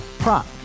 Prop